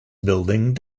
building